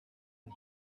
and